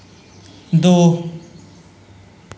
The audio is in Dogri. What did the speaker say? दो